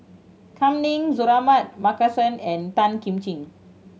Kam Ning Suratman Markasan and Tan Kim Ching